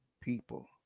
people